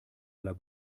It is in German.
aller